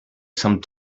some